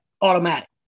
automatic